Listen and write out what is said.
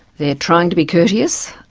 they are trying to be courteous,